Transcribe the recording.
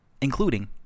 including